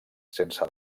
sense